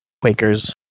Quakers